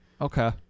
Okay